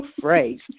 phrase